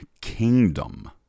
kingdom